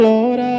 Lord